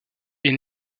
est